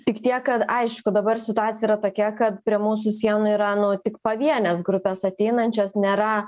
tik tiek kad aišku dabar situacija yra tokia kad prie mūsų sienų yra nu tik pavienės grupės ateinančios nėra